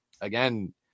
again